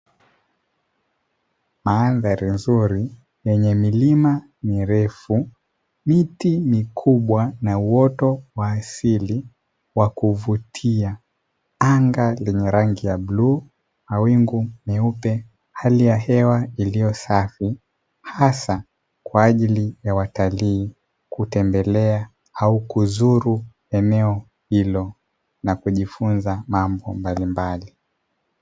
Mandhari nzuri yenye milima mirefu, miti mikubwa na uoto wa asili wa kuvutia anga lenye rangi ya bluu, mawingu meupe, hali ya hewa iliyo safi hasa kwa ajili ya watalii kutembelea au kuzulu eneo hilo na kujifunza mambo mbalimbali.